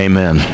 Amen